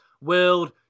World